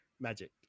magic